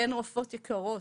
כן, רופאות יקרות,